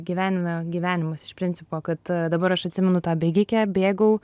gyvenime gyvenimas iš principo kad dabar aš atsimenu tą bėgikę bėgau